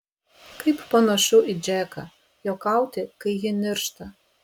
kaip panašu į džeką juokauti kai ji niršta